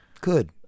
Good